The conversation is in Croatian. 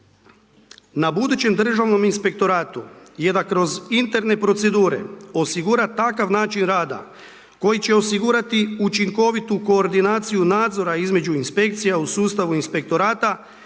Na budućem Državnom inspektoratu je da kroz interne procedure osigura takav način rada koji će osigurati učinkovitu koordinaciju nadzora između inspekcija u sustavu inspektorata te ujednačeno postupanje inspektora